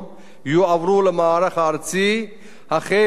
החל בכבאים וכלה בעובדי המטה,